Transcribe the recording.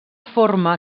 forma